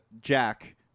Jack